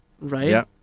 right